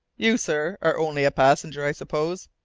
you, sir, are only a passenger, i suppose?